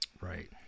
Right